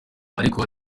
ariko